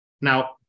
Now